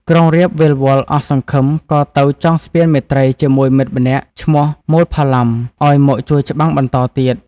ក្រុងរាពណ៍វិលវល់ អស់សង្ឃឹមក៏ទៅចងស្ពានមេត្រីជាមួយមិត្តម្នាក់ឈ្មោះ មូលផល័ម ឱ្យមកជួយច្បាំងបន្តទៀត។